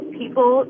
people